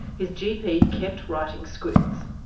his gp kept writing scripts.